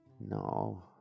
No